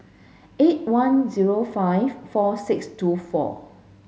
eight one zero five four six two four